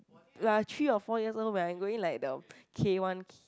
we're three or four years old when I go in like the K one